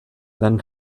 then